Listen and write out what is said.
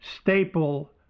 staple